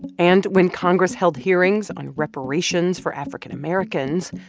and when congress held hearings on reparations for african americans,